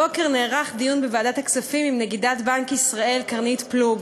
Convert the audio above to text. הבוקר נערך דיון בוועדת הכספים עם נגידת בנק ישראל קרנית פלוג,